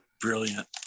Brilliant